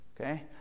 okay